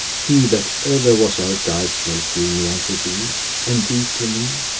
he that ever was our guide shall give me unto thee, and thee to me.